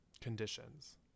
conditions